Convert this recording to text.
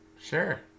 Sure